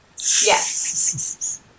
Yes